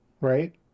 Right